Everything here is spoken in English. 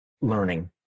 Learning